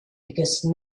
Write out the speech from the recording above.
because